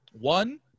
one